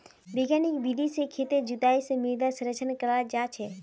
वैज्ञानिक विधि से खेतेर जुताई से मृदा संरक्षण कराल जा छे